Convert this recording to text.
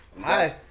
Hi